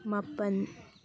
ꯃꯥꯄꯟ